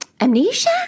amnesia